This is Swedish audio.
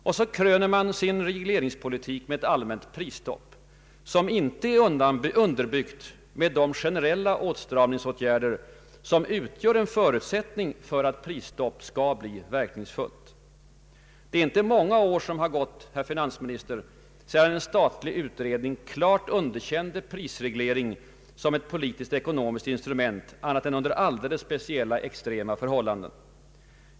Och man kröner sin regeringspolitik med ett allmänt prisstopp, som inte är underbyggt med de generella åtstramningsåtgärder som utgör en förutsättning för att prisstopp skall bli verkningsfullt. Det är inte många år som gått, herr finansminister, sedan en statlig utredning klart underkände prisreglering som ett politisk-ekonomiskt instrument annat än under alldeles speciella extrema förhållanden.